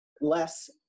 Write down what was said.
less